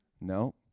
No